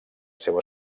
seu